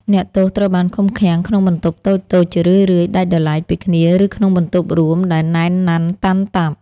អ្នកទោសត្រូវបានឃុំឃាំងក្នុងបន្ទប់តូចៗ ជារឿយៗដាច់ដោយឡែកពីគ្នា ឬក្នុងបន្ទប់រួមដែលណែនណាន់តាន់តាប់។